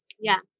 Yes